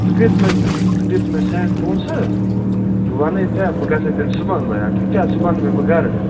ژٕ کٔرۍزِ مےٚ ژٕ کٔرۍزِ مےٚ سینٛڈ پۅنٛسہٕ بہٕ وَنَے ژےٚ بہٕ گَژھے تیٚلہِ صُبحن بیا ٹھیٖک چھَا صُبحن یِمَے بہٕ گَرٕ